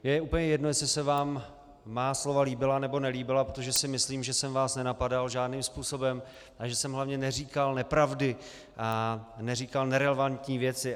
Mně je úplně jedno, jestli se vám má slova líbila, nebo nelíbila, protože si myslím, že jsem vás nenapadal žádným způsobem a že jsem hlavně neříkal nepravdy a neříkal nerelevantní věci.